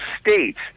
states